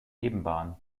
nebenbahn